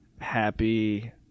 happy